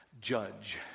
judge